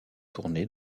tournées